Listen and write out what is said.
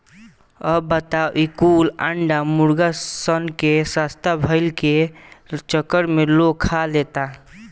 अब बताव ई कुल अंडा मुर्गा सन के सस्ता भईला के चक्कर में लोग खा लेता